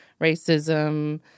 racism